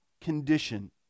condition